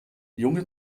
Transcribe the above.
junge